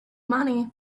money